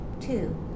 two